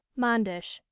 manders.